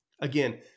Again